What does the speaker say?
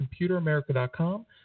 ComputerAmerica.com